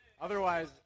Otherwise